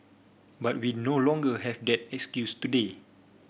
but we no longer have that excuse today